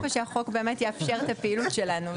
שהחוק באמת יאפשר את הפעילות שלנו.